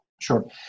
Sure